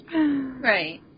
Right